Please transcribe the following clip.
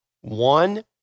one